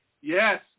Yes